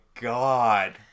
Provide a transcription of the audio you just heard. god